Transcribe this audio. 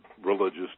religious